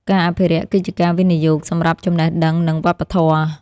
ការអភិរក្សគឺជាការវិនិយោគសម្រាប់ចំណេះដឹង និងវប្បធម៌។